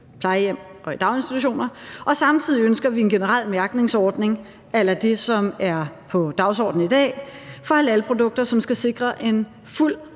plejehjem og i daginstitutioner, og samtidig ønsker vi en generel mærkningsordning a la det, som er på dagsordenen i dag, for halalprodukter, hvilket skal sikre en fuld